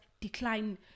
decline